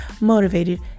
motivated